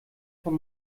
von